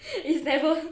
it is never